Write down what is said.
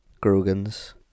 Grogan's